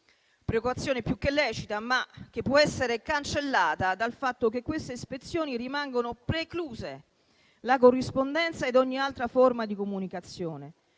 preoccupazione più che lecita, ma che può essere cancellata dal fatto che da queste ispezioni rimangono precluse la corrispondenza ed ogni altra forma di comunicazione,